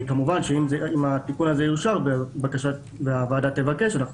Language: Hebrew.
כמובן שאם התיקון הזה יאושר והוועדה תבקש אנחנו